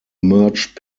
merged